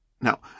Now